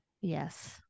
Yes